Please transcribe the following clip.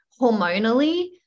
hormonally